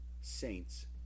Saints